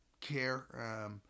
care